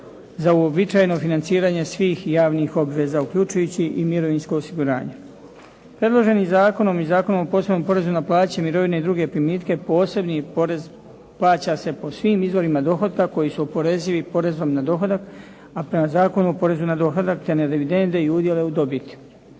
za uobičajeno financiranje svih javnih obveza, uključujući i mirovinsko osiguranje. Predloženim zakonom i Zakonom o posebnom porezu na plaće, mirovine i druge primitke posebni porez plaća se po svim izvorima dohotka koji su oporezivi porezom na dohodak, a prema Zakonu o porezu na dohodak te na dividende i udjele u dobiti.